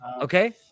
okay